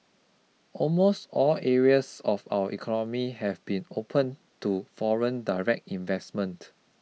almost all areas of our economy have been opened to foreign direct investment